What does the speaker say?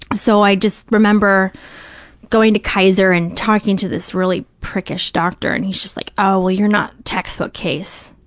so i just remember going to kaiser and talking to this really prickish doctor and he's just like, oh, well, you're not textbook case,